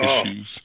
issues